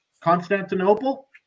Constantinople